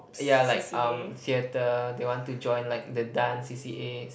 yeah like um theatre they want to join like the dance C_C_As